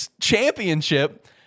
championship